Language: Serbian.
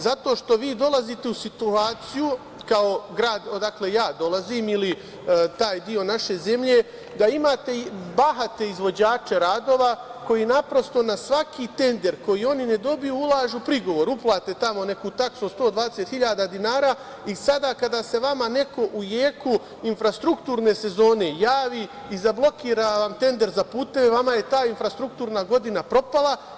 Zato što vi dolazite u situaciji, kao grad odakle ja dolazim, ili taj deo naše zemlje, da imate bahate izvođače radova koji naprosto na svaki tender koji oni ne dobiju ulažu prigovor, uplate neku taksu od 120 hiljada dinara i sada kada se vama neko u jeku infrastrukturne sezone javi i zablokira vam tender za puteve, vama je ta infrastrukturna godina propala.